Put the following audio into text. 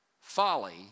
folly